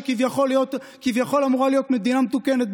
שכביכול אמורה להיות מדינה מתוקנת,